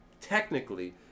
technically